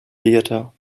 theatre